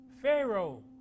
Pharaoh